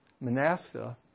Manasseh